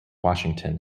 washington